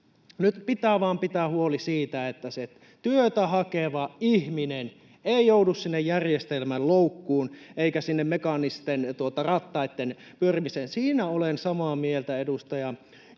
Nyt pitää vain pitää huoli siitä, että se työtä hakeva ihminen ei joudu sinne järjestelmän loukkuun eikä sinne mekaanisten rattaiden pyörimiseen. Siinä olen samaa mieltä edustaja